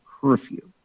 curfew